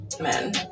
men